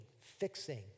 fixing